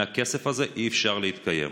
מהכסף הזה אי-אפשר להתקיים.